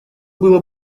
было